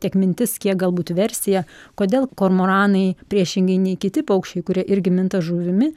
tiek mintis kiek galbūt versija kodėl kormoranai priešingai nei kiti paukščiai kurie irgi minta žuvimi